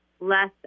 less